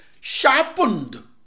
sharpened